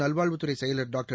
நல்வாழ்வுத்துறை செயலர் டாக்டர்